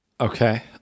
Okay